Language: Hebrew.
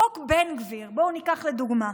חוק בן גביר, בואו ניקח לדוגמה,